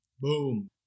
boom